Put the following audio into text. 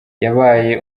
yabaye